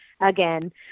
again